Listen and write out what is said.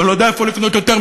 ואני לא יודע איפה לקנות יותר.